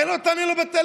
הרי לא תענה לו בטלפון.